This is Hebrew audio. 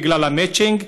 בגלל המצ'ינג.